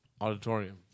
Auditorium